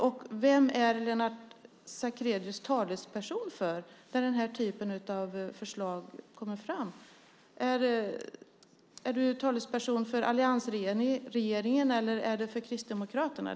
Och vem är Lennart Sacrédeus talesperson för när den här typen av förslag kommer fram? Är du talesperson för alliansregeringen eller för Kristdemokraterna?